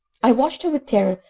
i watched her with terror,